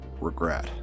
regret